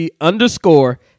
underscore